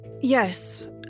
yes